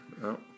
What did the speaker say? No